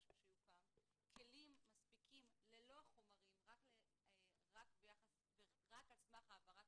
שיוקם כלים מספיקים ללא החומרים רק על סמך העברת